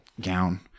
gown